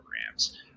programs